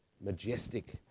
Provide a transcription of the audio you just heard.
Majestic